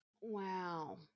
Wow